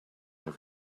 have